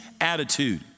attitude